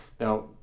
Now